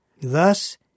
Thus